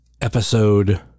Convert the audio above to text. Episode